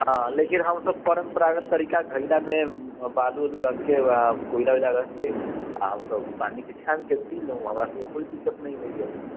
हँ लेकिन हमसब परम्परागत तरीका घैला मे बालू ऊलू रख के कोयला वइला रख के आ हमसब पानी के छानि के पिलहुॅ हमरासबके कोइ दिक्कत नहि होइया